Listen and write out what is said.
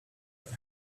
that